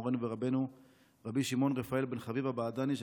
מורנו ורבנו רבי שמעון רפאל בן חביבה בעדני,